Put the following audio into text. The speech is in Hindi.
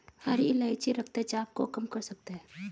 हरी इलायची रक्तचाप को कम कर सकता है